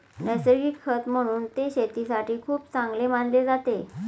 नैसर्गिक खत म्हणून ते शेतीसाठी खूप चांगले मानले जाते